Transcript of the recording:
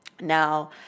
Now